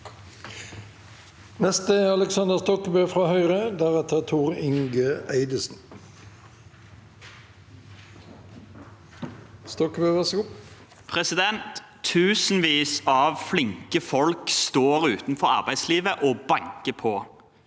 Tusenvis av flinke folk står utenfor arbeidslivet og banker på.